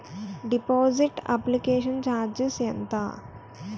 Deposit application charges ఎంత?